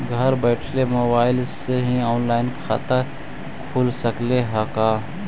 घर बैठल मोबाईल से ही औनलाइन खाता खुल सकले हे का?